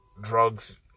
drugs